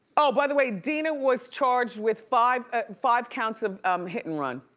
oh, by the way, dina was charged with five ah five counts of um hit and run.